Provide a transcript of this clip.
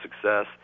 success